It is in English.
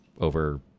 over